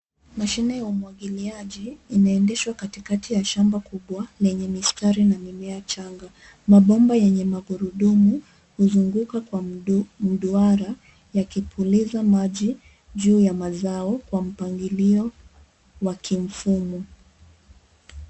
Mashine ya umwagiliaji inaendeshwa katikati ya shamba kubwa lenye mistari na mimea changa. Mabomba yenye magurudumu huzunguka kwa mduara yakipuliza maji juu ya mazao wa mpangilio wa kimfumo.